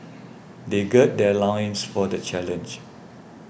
they gird their loins for the challenge